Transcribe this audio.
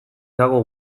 dago